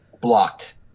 blocked